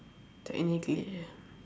technically ya